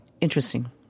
interesting